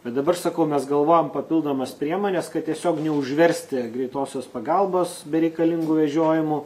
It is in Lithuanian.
bet dabar sakau mes galvojam papildomas priemones kad tiesiog neužversti greitosios pagalbos bereikalingų vežiojimų